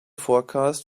forecast